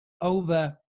over